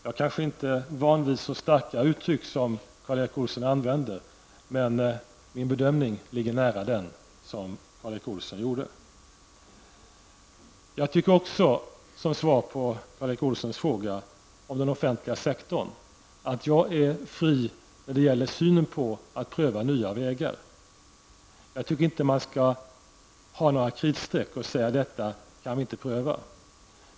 Jag kanske inte är van vid så starka uttryck som Karl Erik Olsson använde, men min bedömning ligger nära den som Karl Erik Som svar på Karl Erik Olssons fråga om den offentliga sektorn vill jag säga att jag är öppen för att pröva nya vägar. Jag tycker inte att man skall dra upp kritstreck och säga att det och det kan vi inte pröva.